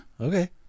okay